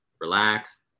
relax